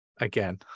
Again